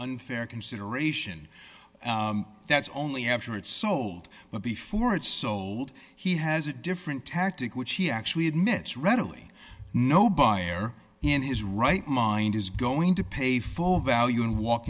unfair consideration that's only after it's sold but before it's sold he has a different tactic which he actually admits readily no buyer in his right mind is going to pay full value and walk